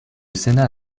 sénat